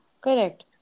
Correct